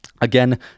again